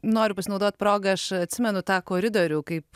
noriu pasinaudot proga aš atsimenu tą koridorių kaip